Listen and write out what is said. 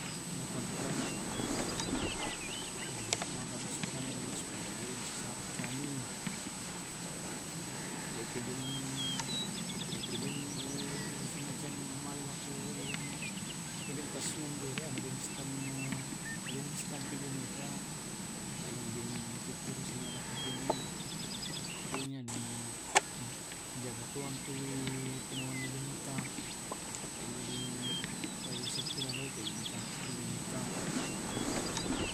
To matoanta e maka sipakamelosupaya tena den sipasisarak keanui. Iyaki den ikiden iye semacam male lako yen diatas membela na de sitam nadesitampe bineta, taeden tulu tulu singe bine pokonya di di dijaga to ntu eh penawana bineta tena din tena di tampei tu dibeneta.